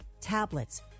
tablets